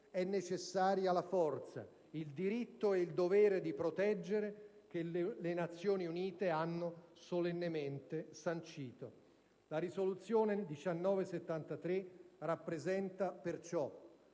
è necessaria la forza, il diritto e il dovere di proteggere che le Nazioni Unite hanno solennemente sancito. La risoluzione n. 1973 rappresenta perciò